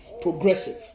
progressive